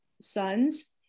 sons